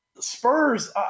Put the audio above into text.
Spurs